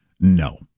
no